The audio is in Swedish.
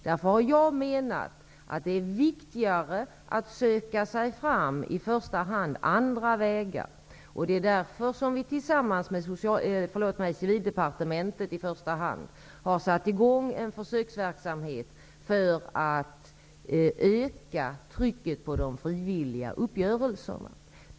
Därför menar jag att det är viktigare att i första hand söka sig fram på andra vägar. Därför har vi tillsammans med Civildepartementet satt i gång en försöksverksamhet för att öka trycket på de frivilliga uppgörelserna.